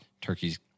turkeys